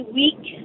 week